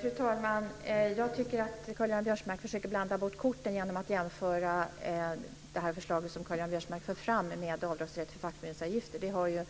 Fru talman! Jag tycker att Karl-Göran Biörsmark försöker blanda bort korten genom att jämföra det förslag Karl-Göran Biörsmark för fram med avdragsrätt för fackföreningsavgifter. Det har ju